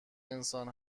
انسان